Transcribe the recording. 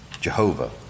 Jehovah